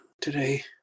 today